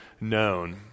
known